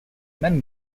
many